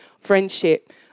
Friendship